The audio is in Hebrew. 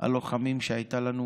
הלוחמים שהייתה לנו